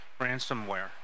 Ransomware